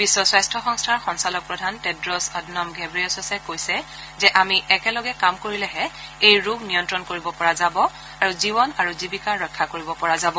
বিশ্ব স্বাস্থ্য সংস্থাৰ সঞ্চালক প্ৰধান টেডু'ছ অদনোম ঘেব্ৰেয়েছেছে কৈছে যে আমি একেলগে কাম কৰিলেহে এই ৰোগ নিয়ন্ত্ৰণ কৰিব পৰা যাব আৰু জীৱন আৰু জীৱিকা ৰক্ষা কৰিব পৰা যাব